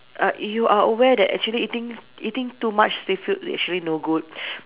uh you are aware that actually eating eating too much seafood actually no good